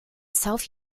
south